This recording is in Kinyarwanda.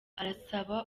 arasaba